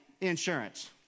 insurance